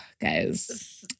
guys